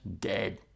dead